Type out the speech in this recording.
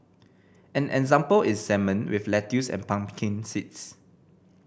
an example is salmon with lettuce and pumpkin seeds